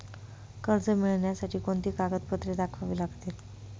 कर्ज मिळण्यासाठी कोणती कागदपत्रे दाखवावी लागतील?